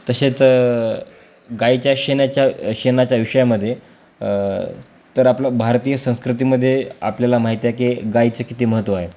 तसेच गायीच्या शेणाच्या शेणाच्या विषयामध्ये तर आपलं भारतीय संस्कृतीमध्ये आपल्याला माहिती आहे की गाईचं किती महत्त्व आहे